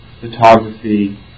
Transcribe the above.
photography